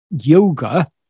yoga